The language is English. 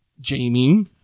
Jamie